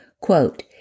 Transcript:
Quote